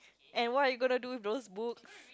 and what are you gonna do with those books